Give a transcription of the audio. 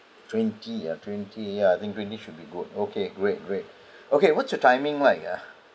twenty uh twenty ya I think twenty should be good okay great great okay what's your timing like ah